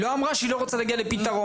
היא לא אמרה שהיא לא רוצה להגיע לפתרון.